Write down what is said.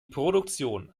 produktion